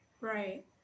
Right